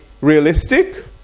realistic